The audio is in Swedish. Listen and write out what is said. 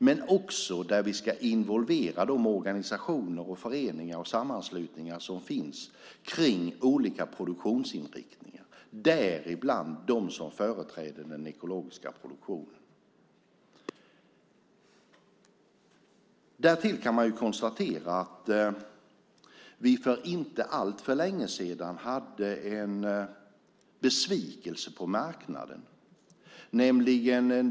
Men vi ska också involvera de organisationer, föreningar och sammanslutningar som finns i olika produktionsinriktningar - däribland de som företräder den ekologiska produktionen. Därtill kan vi konstatera att vi för inte alltför länge sedan hade en besvikelse på marknaden.